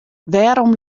wêrom